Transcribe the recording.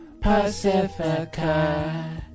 Pacifica